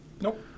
nope